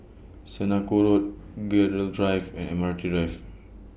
Senoko Road Gerald Drive and Admiralty Drive